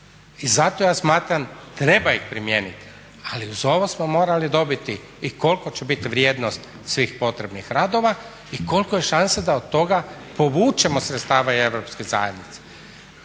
I zato ja smatram treba ih primijeniti ali uz ovo smo morali dobiti i kolika će biti vrijednost svih potrebnih radova i koliko je šanse da od toga povučemo sredstava i Europskoj zajednici.